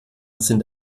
sind